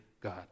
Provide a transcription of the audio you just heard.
God